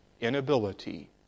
inability